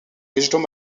végétaux